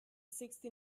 sixty